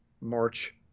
March